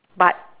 but